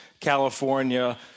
California